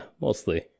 mostly